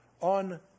on